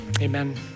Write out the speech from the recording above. amen